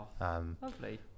Lovely